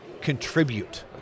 contribute